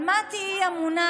על מה תהיי אמונה?